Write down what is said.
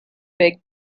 big